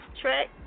trick